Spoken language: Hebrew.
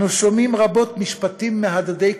אנו שומעים רבות משפטים מהדהדים,